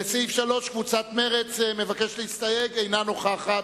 לסעיף 3, קבוצת מרצ מבקשת להסתייג, אינה נוכחת.